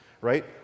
right